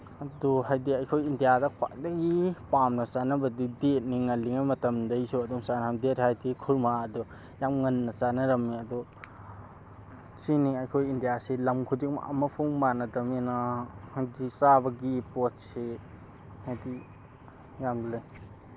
ꯑꯗꯨ ꯍꯥꯏꯕꯗꯤ ꯑꯩꯈꯣꯏ ꯏꯟꯗꯤꯌꯥꯗ ꯈ꯭ꯋꯥꯏꯗꯒꯤ ꯄꯥꯝꯅ ꯆꯥꯅꯕꯗꯤ ꯗꯦꯠꯅꯤ ꯉꯜꯂꯤꯉꯩ ꯃꯇꯝꯗꯒꯤꯁꯨ ꯑꯗꯨꯝ ꯆꯥꯅꯩ ꯗꯦꯠ ꯍꯥꯏꯕꯗꯤ ꯈꯨꯔꯃꯥꯗꯣ ꯌꯥꯝ ꯉꯟꯅ ꯆꯥꯅꯔꯝꯃꯦ ꯑꯗꯣ ꯁꯤꯅꯤ ꯑꯩꯈꯣꯏ ꯏꯟꯗꯤꯌꯥꯁꯤ ꯂꯝ ꯈꯨꯗꯤꯡꯃꯛ ꯑꯃꯐꯧ ꯃꯥꯟꯅꯗꯕꯅꯤꯅ ꯍꯥꯏꯕꯗꯤ ꯆꯥꯕꯒꯤ ꯄꯣꯠꯁꯤ ꯍꯥꯏꯕꯗꯤ ꯌꯥꯝ ꯂꯩ